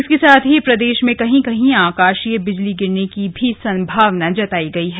इसके साथ ही प्रदेश में कहीं कहीं आकाशीय बिजली गिरने की संभावना भी जताई गयी है